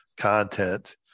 content